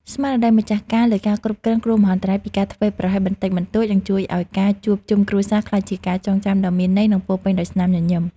ស្មារតីម្ចាស់ការលើការគ្រប់គ្រងគ្រោះមហន្តរាយពីការធ្វេសប្រហែសបន្តិចបន្តួចនឹងជួយឱ្យការជួបជុំគ្រួសារក្លាយជាការចងចាំដ៏មានន័យ និងពោរពេញដោយស្នាមញញឹម។